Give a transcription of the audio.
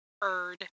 Bird